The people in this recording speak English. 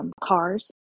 cars